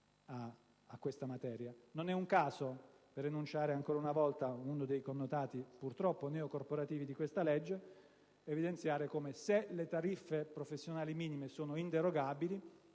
a questa materia. Non è un caso, per enunciare ancora una volta uno dei connotati purtroppo neocorporativi di questa legge, che mentre le tariffe professionali minime sono inderogabili,